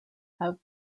have